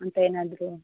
ಅಂತ ಏನಾದರೂ